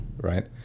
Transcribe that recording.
right